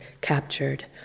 captured